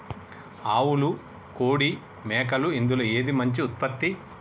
ఆవులు కోడి మేకలు ఇందులో ఏది మంచి ఉత్పత్తి?